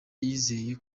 yizeye